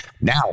Now